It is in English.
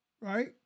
right